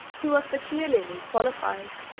who was peculiarly qualified,